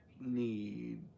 need